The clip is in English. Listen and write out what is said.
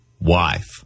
wife